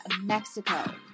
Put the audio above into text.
Mexico